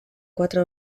quatre